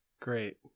great